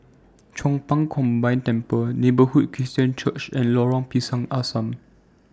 Chong Pang Combined Temple Neighbourhood Christian Church and Lorong Pisang Asam